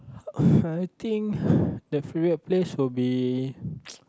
uh I think the favourite place will be